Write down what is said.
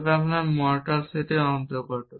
তবে আপনি মরটাল সেটের অন্তর্গত